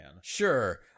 Sure